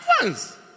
Advance